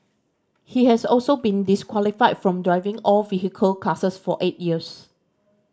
he has also been disqualified from driving all vehicle classes for eight years